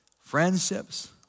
friendships